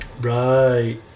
Right